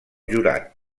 jurat